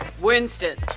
Winston